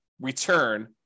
return